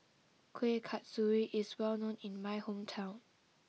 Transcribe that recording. Kuih Kasturi is well known in my hometown